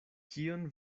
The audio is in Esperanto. kion